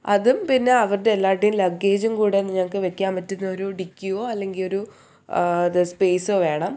അതും പിന്നെ അവരുടെല്ലാവരുടെയും ലഗേജും കൂടെ ഞങ്ങൾക്ക് വെക്കാൻ പറ്റുന്നൊരു ഡിക്കിയോ അല്ലെങ്കിൽ ഒരു ദ് സ്പേസോ വേണം